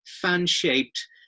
fan-shaped